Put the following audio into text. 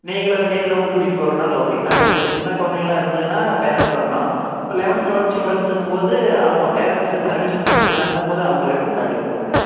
நீங்களே நேரில் வந்து கூட்டிகிட்டு போகறனாலும் ஓகேங்க அது கொஞ்சம் சின்ன குழந்தைங்களா இருந்ததுன்னா பேரன்ட்ஸ் வரணும் இப்போ லெவன்த் டுவல்த் ஸ்டூடண்ட்ஸுங்கும்போது அவங்க பேரன்ட்ஸ்ஸு பர்மிஷன்ஸை கொடுத்தாங்கனா போதும் அவங்களே கொடுத்தாட்டி விட்ருவோங்க